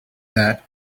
that